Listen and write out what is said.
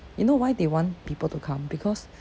you know why they want people to come because